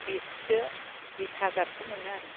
बिससो बिस हाजारसो मोनो आरो